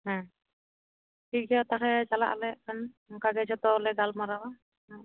ᱦᱩᱸ ᱴᱷᱤᱠ ᱜᱮᱭᱟ ᱛᱟᱦᱚᱞᱮ ᱪᱟᱞᱟᱜ ᱟᱞᱮ ᱱᱟᱜᱠᱷᱟᱱ ᱚᱱᱠᱟᱜᱮ ᱜᱚᱛᱚ ᱞᱮ ᱜᱟᱞᱢᱟᱨᱟᱣᱟ ᱦᱩ